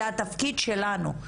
זה התפקיד שלנו,